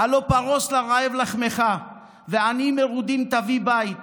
"הלוא פָרֹס לרעב לחמך ועניים מרודים תביא בית